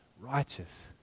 Righteous